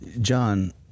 John